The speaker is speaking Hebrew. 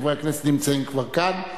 חברי הכנסת נמצאים כבר כאן.